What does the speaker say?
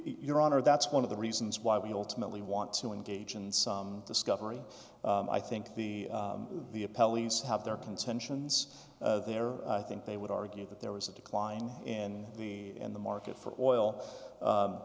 your honor that's one of the reasons why we ultimately want to engage in some discovery i think the the a pelleas have their contentions there i think they would argue that there was a decline in the in the market for oil u